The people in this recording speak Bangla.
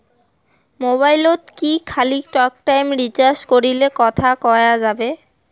মোবাইলত কি খালি টকটাইম রিচার্জ করিলে কথা কয়া যাবে?